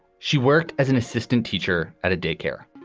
she worked as an assistant teacher at a daycare.